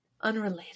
Unrelated